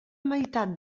meitat